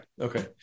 Okay